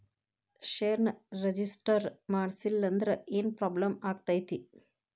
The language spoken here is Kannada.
ಷೇರ್ನ ರಿಜಿಸ್ಟರ್ ಮಾಡ್ಸಿಲ್ಲಂದ್ರ ಏನ್ ಪ್ರಾಬ್ಲಮ್ ಆಗತೈತಿ